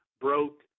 broke